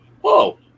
whoa